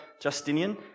Justinian